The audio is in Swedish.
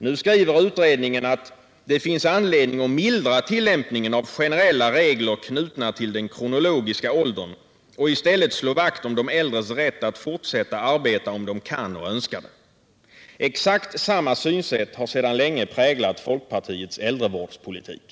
Nu skriver utredningen att ”det finns anledning att mildra tillämpningen av generella regler knutna till den kronologiska åldern och i stället slå vakt om de äldres rätt att fortsätta arbeta om de kan och önskar det”. Exakt samma synsätt har sedan länge präglat folkpartiets äldrevårdspolitik.